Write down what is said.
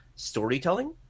storytelling